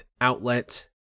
outlet